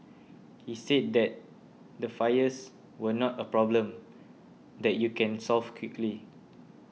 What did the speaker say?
he said that the fires were not a problem that you can solve quickly